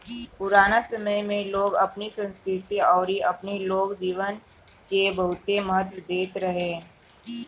पुराना समय में लोग अपनी संस्कृति अउरी अपनी लोक जीवन के बहुते महत्व देत रहे